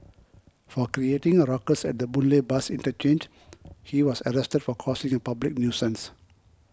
for creating a ruckus at the Boon Lay bus interchange he was arrested for causing a public nuisance